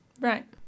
Right